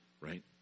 right